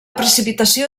precipitació